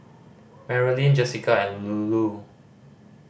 Marilyn Jessika and Lulu